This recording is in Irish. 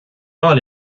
maith